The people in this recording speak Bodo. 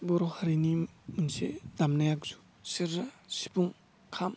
बर' हारिनि मोनसे दामनाय आगजु सेरजा सिफुं खाम